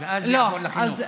ואז זה יעבור לחינוך.